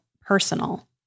personal